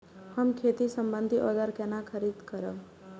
हम खेती सम्बन्धी औजार केना खरीद करब?